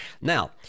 now